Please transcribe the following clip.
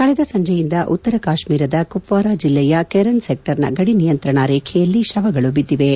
ಕಳೆದ ಸಂಜೆಯಿಂದ ಉತ್ತರ ಕಾಶ್ಮೀರದ ಕುಪ್ನಾರ ಜಿಲ್ಲೆಯ ಕೆರನ್ ಸೆಕ್ಷರ್ನ ಗಡಿ ನಿಯಂತ್ರಣಾ ರೇಖೆಯಲ್ಲಿ ಶವಗಳು ಬಿದ್ಲಿವೆ